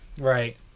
Right